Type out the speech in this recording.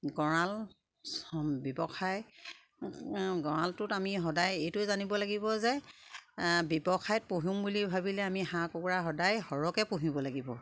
গঁৰাল ব্যৱসায় গঁৰালটোত আমি সদায় এইটোৱে জানিব লাগিব যে ব্যৱসায়ত পুহিম বুলি ভাবিলে আমি হাঁহ কুকুৰা সদায় সৰহকে পুহিব লাগিব